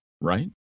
right